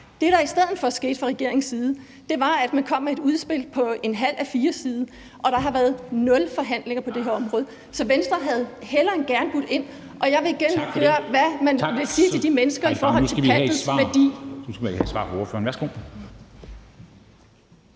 Det, der i stedet for skete fra regeringens side, var, at man kom med et udspil på en halv A4-side, og der har været nul forhandlinger på det her område. Så Venstre havde hellere end gerne budt ind, og jeg vil igen høre, hvad man vil sige til de mennesker i forhold til pantets værdi.